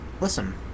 listen